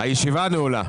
הישיבה נעולה.